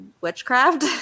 Witchcraft